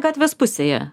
gatvės pusėje